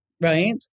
right